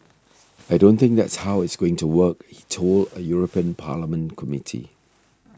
I don't think that's how it's going to work he told a European Parliament Committee